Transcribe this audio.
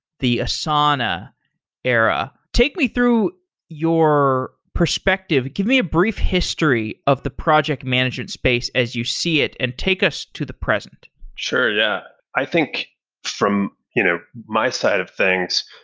the asana era. take me through your perspective. give me a brief history of the project management space as you see it and take us to the present sure, yeah. i think from you know my side of things,